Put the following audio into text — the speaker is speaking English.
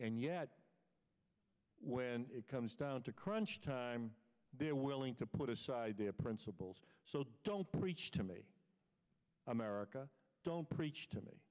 and yet when it comes down to crunch time they're willing to put aside their principles so don't preach to me america don't preach to me